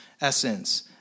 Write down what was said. essence